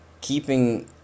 keeping